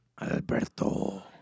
Alberto